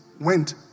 went